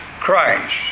Christ